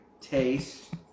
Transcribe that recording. Taste